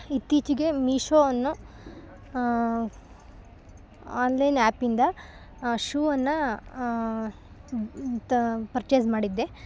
ಇತ್ತೀಚೆಗೆ ಮಿಶೋ ಅನ್ನೊ ಒನ್ಲೈನ್ ಆ್ಯಪಿಂದ ಶೂ ಅನ್ನು ತ ಪರ್ಚೇಸ್ ಮಾಡಿದ್ದೆ